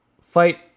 fight